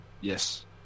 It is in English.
Yes